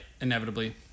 inevitably